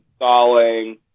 installing